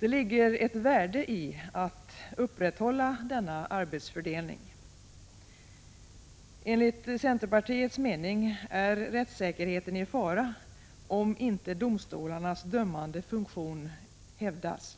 Det är av värde att denna arbetsfördelning upprätthålls. Enligt centerpartiets mening är rättssäkerheten i fara om domstolarnas dömande funktion inte hävdas.